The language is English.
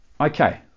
Okay